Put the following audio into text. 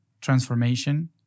transformation